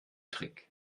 trick